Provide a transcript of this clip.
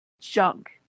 junk